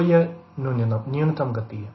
तो यह न्यूनतम गति सीमा है